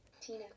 Tina